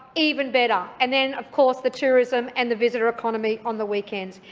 even better. and then, of course, the tourism and the visitor economy on the weekends.